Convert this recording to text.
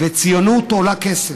וציונות עולה כסף,